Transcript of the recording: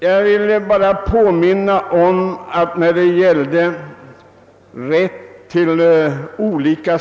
Jag skulle vilja rekommendera herr Trana att tänka sig in i detta.